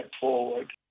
forward